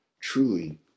truly